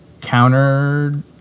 countered